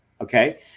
Okay